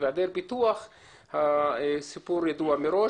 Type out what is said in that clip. בהעדר פיתוח הסיפור ידוע מראש.